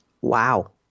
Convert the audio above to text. Wow